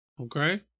Okay